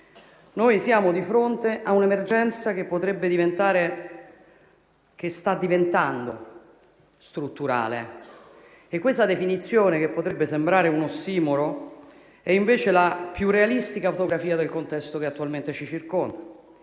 Noi siamo di fronte a un'emergenza che potrebbe diventare - e sta diventando - strutturale. Questa definizione, che potrebbe sembrare un ossimoro, è invece la più realistica fotografia del contesto che attualmente ci circonda.